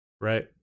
Right